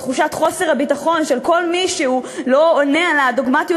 בתחושת חוסר הביטחון של כל מי שלא עונה על הדוגמטיות